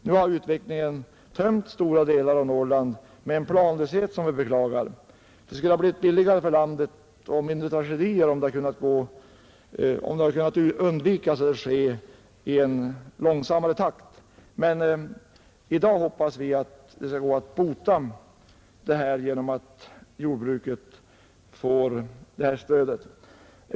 Nu har utvecklingen tömt stora delar av Norrland med en planlöshet som vi beklagar. Det skulle ha blivit billigare för landet och färre tragedier om det hade kunnat undvikas eller om det hade skett i långsammare takt. Men i dag hoppas vi att det skall gå att bota skadorna genom att jordbruket får detta stöd.